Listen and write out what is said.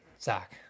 Zach